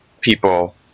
people